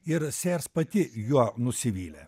ir sėjers pati juo nusivylė